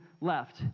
left